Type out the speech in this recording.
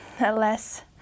less